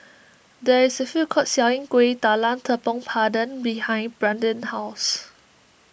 there is a food court selling Kuih Talam Tepong Pandan behind Brandin's house